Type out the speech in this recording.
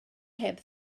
heb